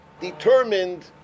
determined